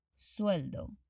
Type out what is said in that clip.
Sueldo